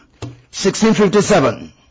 1657